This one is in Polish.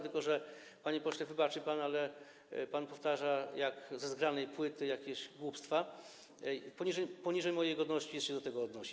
Tylko że, panie pośle, wybaczy pan, ale pan powtarza jak ze zgranej płyty jakieś głupstwa i poniżej mojej godności jest się do tego odnosić.